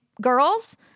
girls